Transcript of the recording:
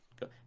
go